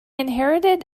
inherited